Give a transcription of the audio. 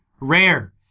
rare